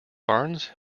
barnes